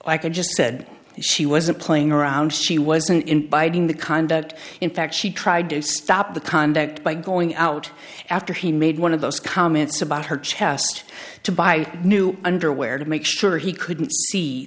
could just said she wasn't playing around she wasn't in by doing the conduct in fact she tried to stop the conduct by going out after he made one of those comments about her chest to buy new underwear to make sure he couldn't